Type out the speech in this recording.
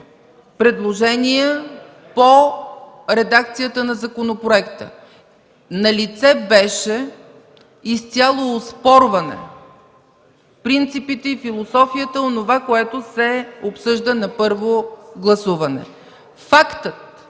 предложения по редакцията на законопроекта. Налице беше изцяло оспорване на принципите и философията на онова, което се обсъжда на първо гласуване. Фактът,